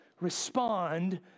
respond